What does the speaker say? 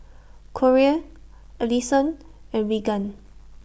Corey Alison and Regan